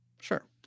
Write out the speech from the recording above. Sure